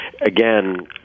again